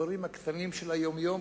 לדברים הקטנים של היום-יום,